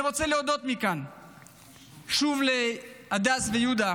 אני רוצה להודות מכאן שוב להדס ויהודה